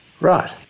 Right